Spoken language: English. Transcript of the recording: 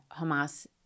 Hamas